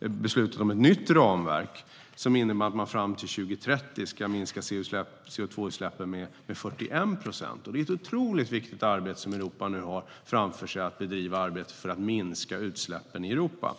beslutat om ett nytt ramverk som innebär att man fram till 2030 ska minska CO2-utsläppen med 41 procent. Det är ett otroligt viktigt arbete Europa nu har framför sig när det gäller att minska utsläppen i Europa.